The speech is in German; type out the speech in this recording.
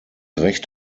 recht